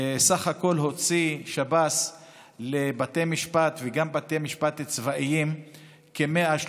בסך הכול הוציא השב"ס לבתי משפט וגם לבתי משפט צבאיים כ-130,